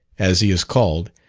as he is called,